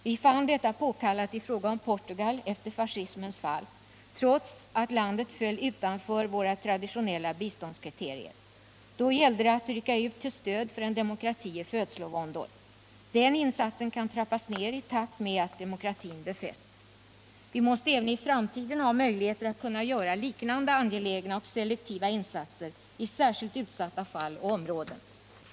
Vi fann detta påkallat i fråga om Portugal efter fascismens fall, trots att landet föll utanför våra traditionella biståndskriterier. Då gällde det att rycka ut till stöd för en demokrati i födslovåndor. Den insatsen kan trappas ned i takt med att demokratin befästs. Vi måste även i framtiden ha möjligheter att kunna göra liknande angelägna och selektiva insatser i särskilt utsatta fall och områden.